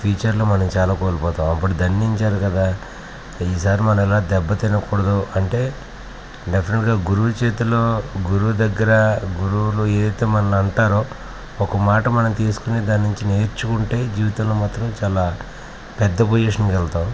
ఫ్యూచర్లో మనం చాలా కోల్పోతాం అప్పుడు దండించారు కదా ఈసారి మనం ఇలా దెబ్బ తినకూడదు అంటే డెఫనెట్గా గురువుల చేతిలో గురువు దగ్గర గురువులు ఏదైతే మనల్ని అంటారో ఒక మాట మనం తీసుకొని దానిని నేర్చుకుంటే జీవితంలో మాత్రం చాలా పెద్ద పొజిషన్కి వెళ్తాం